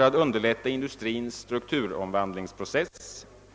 att underlätta industrins strukturomvandlingsprocess föreslås.